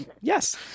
Yes